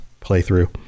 playthrough